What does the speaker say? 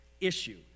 issue